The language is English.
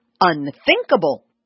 unthinkable